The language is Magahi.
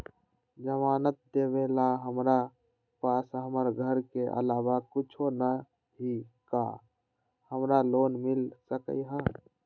जमानत देवेला हमरा पास हमर घर के अलावा कुछो न ही का हमरा लोन मिल सकई ह?